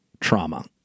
trauma